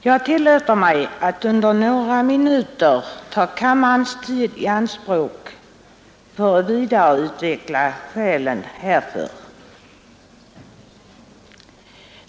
Jag tillåter mig att under några minuter ta kammarens tid i anspråk för att vidareutveckla skälen härför.